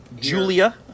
Julia